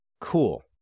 Cool